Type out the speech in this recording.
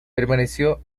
permaneció